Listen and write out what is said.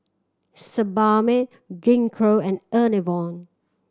Sebamed Gingko and Enervon